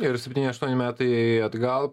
ir septyni aštuoni metai atgal